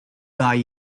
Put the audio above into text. die